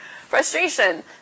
Frustration